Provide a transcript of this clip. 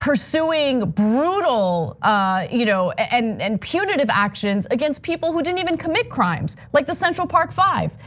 pursuing brutal ah you know and and punitive actions against people who didn't even commit crimes, like the central park five.